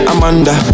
Amanda